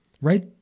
Right